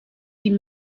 die